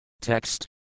Text